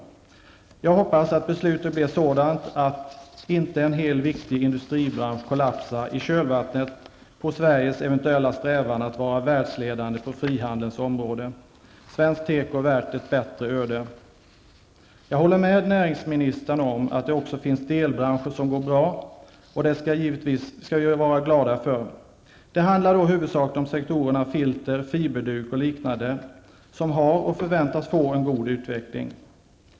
Jag hoppas att beslutet blir sådant att inte en hel viktig industribransch kollapsar i kölvattnet på Sveriges eventuella strävan att vara världsledande på frihandelns område. Svensk tekoindustrin är värd ett bättre öde! Jag håller med näringsministern om att det också finns delbranscher som går bra, och det skall vi givetvis vara glada för. Det handlar då huvudsakligen om sektorerna filter, fiberduk och liknande som har och som förväntas få en god utveckling.